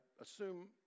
assume